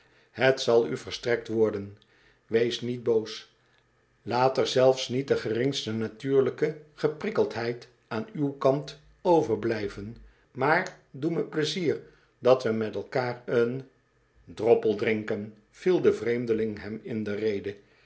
het zal u verstrekt worden wees niet boos laat er zelfs niet de geringste natuurlijke geprikkeldheid aan uw kant overblijven maar doe me t pleizier dat we met mekaar een droppel drinken viel de vreemdeling hem in de rede